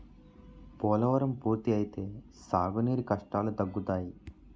పోలవరం పూర్తి అయితే సాగు నీరు కష్టాలు తగ్గుతాయి